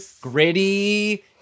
gritty